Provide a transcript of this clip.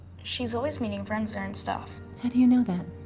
she's always meeting friends there and stuff. how do you know that?